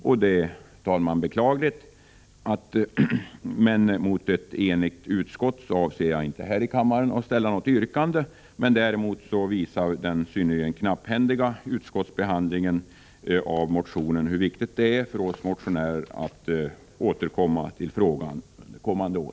Det är, herr talman, beklagligt, men mot ett enigt utskott avser jag inte att ställa något yrkande här i kammaren. Däremot visar den synnerligen knapphändiga utskottsbehandlingen av motionen hur viktigt det är för oss motionärer att återkomma till frågan under kommande år.